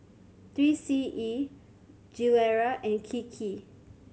Three C E Gilera and Kiki